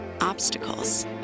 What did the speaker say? obstacles